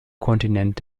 kontinent